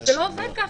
זה לא עובד ככה.